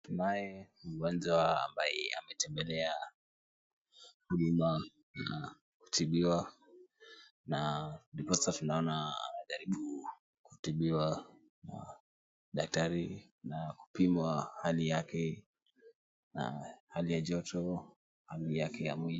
Tunaye mgonjwa ambaye ametembelea huduma na kutibiwa. Na ndiposa tunaona anajaribu kutibiwa na daktari na kupimwa hali yake na hali ya joto na hali yake ya mwili.